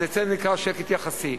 אז אצלנו זה נקרא שקט יחסי.